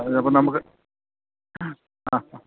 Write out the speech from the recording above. അപ്പം നമുക്ക് ആ ആ